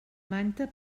manta